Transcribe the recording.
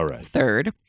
Third